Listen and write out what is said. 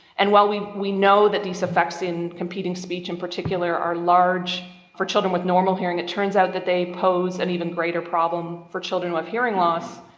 and while we we know that these effects in competing speech in particular are large for children with normal hearing, it turns out that they pose an and even greater problem for children with hearing loss,